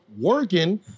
working